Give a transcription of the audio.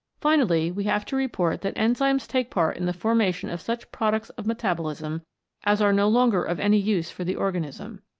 finally, we have to report that enzymes take part in the formation of such products of meta bolism as are no longer of any use for the organism.